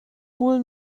wohl